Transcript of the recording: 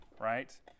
Right